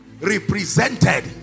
represented